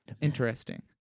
Interesting